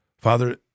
Father